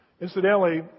Incidentally